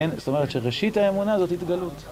זאת אומרת שראשית האמונה זאת התגלות.